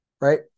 right